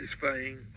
satisfying